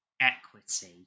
equity